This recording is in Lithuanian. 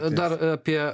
dar apie